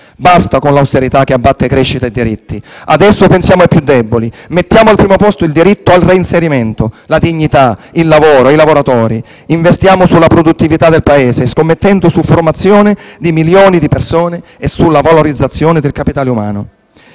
Basta con l'austerità che abbatte crescita e diritti. Adesso pensiamo ai più deboli; mettiamo al primo posto il diritto al reinserimento, la dignità, il lavoro e i lavoratori; investiamo sulla produttività del Paese, scommettendo sulla formazione di milioni di persone e sulla valorizzazione del capitale umano.